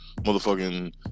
motherfucking